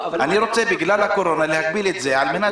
אני רוצה בגלל הקורונה להגביל את זה על מנת